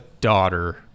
daughter